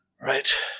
Right